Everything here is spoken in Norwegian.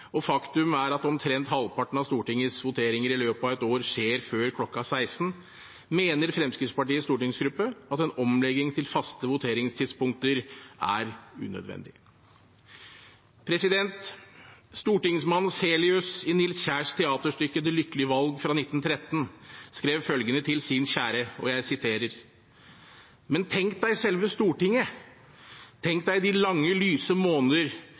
og faktum er at omtrent halvparten av Stortingets voteringer i løpet av et år skjer før kl. 16, mener Fremskrittspartiets stortingsgruppe at en omlegging til faste voteringstidspunkter er unødvendig. Stortingsmann Celius i Nils Kjærs teaterstykke «Det lykkelige valg» fra 1913 skrev følgende til sin kjære: «Men tænk dig selve stortinget, tænk dig de lange, lyse